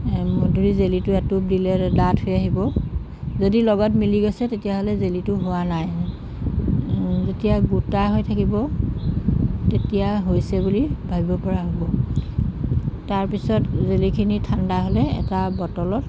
এই মধুৰি জেলিটো এটোপ দিলে ডাঠ হৈ আহিব যদি লগত মিলি গৈছে তেতিয়াহ'লে জেলিটো হোৱা নাই যেতিয়া গোটা হৈ থাকিব তেতিয়া হৈছে বুলি ভাবিব পৰা হ'ব তাৰপিছত জেলিখিনি ঠাণ্ডা হ'লে এটা বটলত